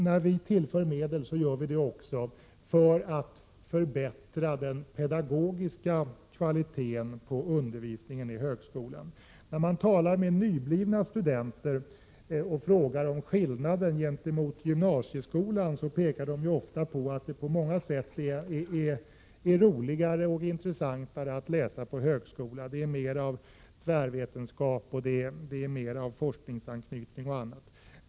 När vi tillför medel, gör vi det också för att förbättra den pedagogiska kvaliteten på undervisningen i högskolan. När man talar med nyblivna studenter och frågar dem om skillnaden gentemot gymnasieskolan, pekar de ofta på att det på många sätt är roligare och intressantare att läsa på högskolan. Det är mer av tvärvetenskap, forskningsanknytning etc.